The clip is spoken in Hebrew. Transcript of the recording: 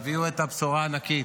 הביאו את הבשורה הענקית